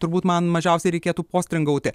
turbūt man mažiausiai reikėtų postringauti